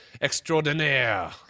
Extraordinaire